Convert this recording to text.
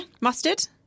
Mustard